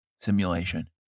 simulation